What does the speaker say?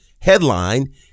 headline